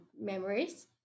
memories